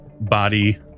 body